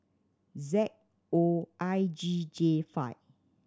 Z O I G J five